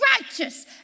righteous